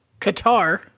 Qatar